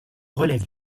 relève